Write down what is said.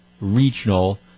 regional